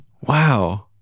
wow